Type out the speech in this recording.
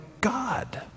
God